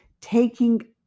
Taking